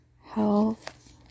health